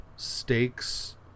stakes